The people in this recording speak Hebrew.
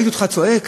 ראיתי אותך צועק,